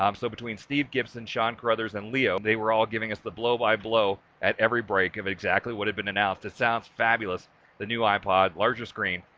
um so, between steve gibson, sean carruthers and leo. they were all giving us the blow-by-blow at every break of exactly what had been announced. it sounds fabulous the new ipod, larger screen.